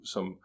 Som